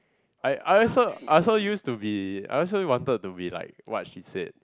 I I also I also used to be I also wanted to be like what she said